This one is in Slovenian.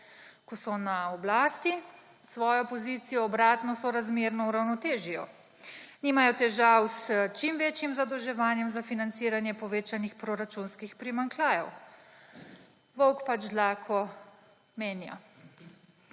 Ko so na oblasti, svojo pozicijo obratno sorazmerno uravnotežijo; nimajo težav s čim večjim zadolževanjem za financiranje povečanih proračunskih primanjkljajev. Volk pač dlako menja.